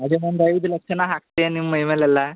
ಅದೆ ನಂದು ಐದು ಲಕ್ಷ ನಾ ಹಾಕ್ತೆ ನಿಮ್ಮ ಮೈ ಮೇಲೆ ಎಲ್ಲ